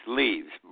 leaves